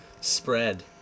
spread